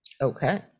okay